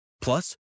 Plus